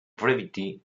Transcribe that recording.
brevity